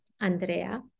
Andrea